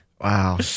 wow